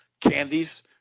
candies